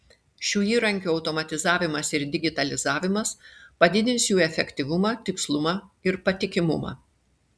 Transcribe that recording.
šių įrankių automatizavimas ir digitalizavimas padidins jų efektyvumą tikslumą ir patikimumą